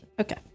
Okay